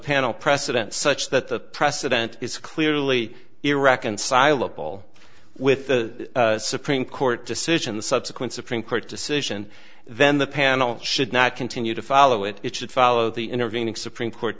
panel precedents such that the precedent is clearly irreconcilable with the supreme court decision the subsequent supreme court decision then the panel should not continue to follow it it should follow the intervening supreme court